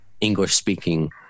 English-speaking